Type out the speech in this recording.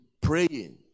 praying